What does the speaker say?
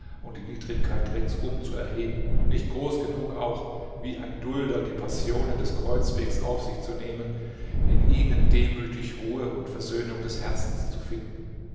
und die niedrigkeit ringsum zu erheben nicht groß genug auch wie ein dulder die passionen des kreuzwegs auf sich zu nehmen in ihnen demütig ruhe und versöhnung des herzens zu finden